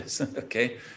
Okay